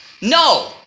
No